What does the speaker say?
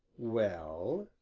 well?